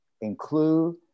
include